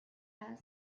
and